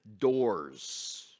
doors